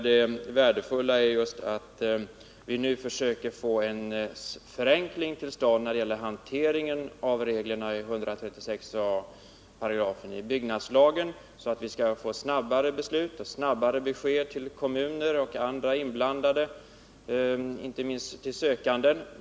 Det viktigaste är att vi nu försöker få till stånd en förenkling beträffande hanteringen av reglerna i 136 a § byggnadslagen, så att vi får snabbare beslut och snabbare besked till kommuner och andra som är inblandade, inte minst till sökande.